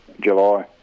July